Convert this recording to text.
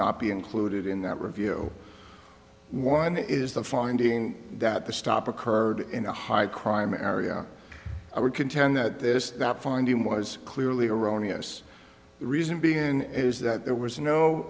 not be included in that review one is the finding that the stop occurred in a high crime area i would contend that this that finding was clearly erroneous the reason being in is that there was no